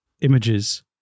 images